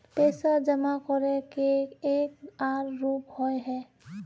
पैसा जमा करे के एक आर रूप होय है?